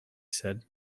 said